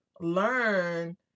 learn